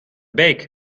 beek